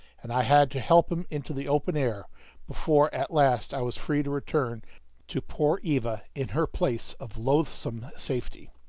and i had to help him into the open air before at last i was free to return to poor eva in her place of loathsome safety.